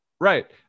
Right